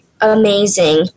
amazing